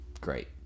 great